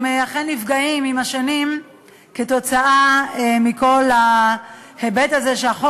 הם אכן נפגעים עם השנים כתוצאה מכל ההיבט הזה שהחוק